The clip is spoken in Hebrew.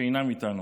שאינם איתנו.